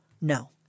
No